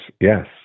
Yes